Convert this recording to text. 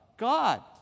god